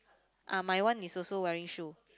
uh my one is also wearing shoe